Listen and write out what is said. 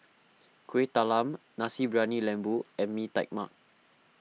Kuih Talam Nasi Briyani Lembu and Mee Tai Mak